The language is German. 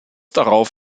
darauf